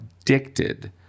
addicted